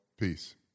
Peace